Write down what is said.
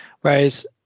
whereas